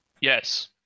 Yes